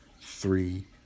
three